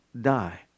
die